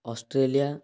Australia